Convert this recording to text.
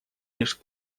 лишь